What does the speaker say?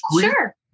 Sure